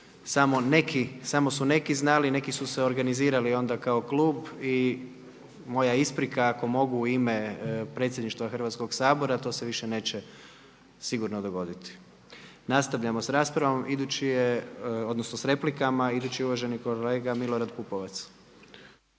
samo su neki znali, neki su se organizirali onda kao klub i moja isprika ako mogu u ime predsjedništva Hrvatskog sabora to se više neće sigurno dogoditi. Nastavljamo s raspravom. Idući je, odnosno s replikama, idući je uvaženi kolega Milorad Pupovac.